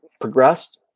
progressed